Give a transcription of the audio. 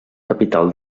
capital